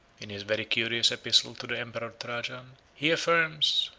in his very curious epistle to the emperor trajan, he affirms,